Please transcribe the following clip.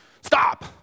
Stop